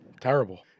Terrible